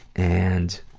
and,